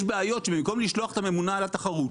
יש בעיות שבמקום לשלוח את הממונה על התחרות